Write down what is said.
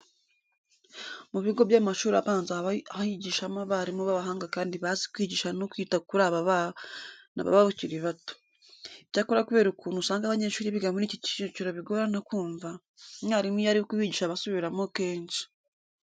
Mu bigo by'amashuri abanza haba higishamo abarimu b'abahanga kandi bazi kwigisha neza no kwita kuri bano bana baba bakiri bato. Icyakora kubera ukuntu usanga abanyeshuri biga muri iki cyiciro bigorana kumva, umwarimu iyo ari kubigisha aba asubiramo kenshi.